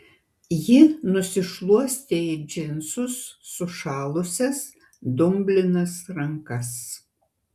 ji nusišluostė į džinsus sušalusias dumblinas rankas